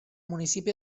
municipi